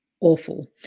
awful